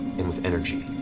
and with energy.